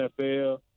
nfl